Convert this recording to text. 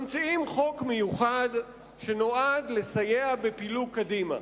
ממציאים חוק מיוחד שנועד לסייע בפילוג קדימה.